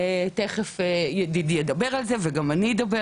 תיכף ידידי ידבר על זה וגם אני אדבר